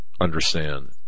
understand